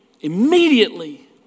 immediately